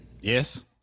Yes